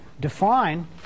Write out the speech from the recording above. define